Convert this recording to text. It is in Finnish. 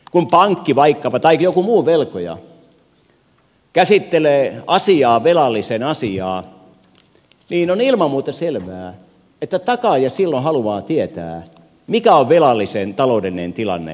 kun vaikkapa pankki tai joku muu velkoja käsittelee velallisen asiaa niin on ilman muuta selvää että takaaja silloin haluaa tietää mikä on velallisen taloudellinen tilanne ja asema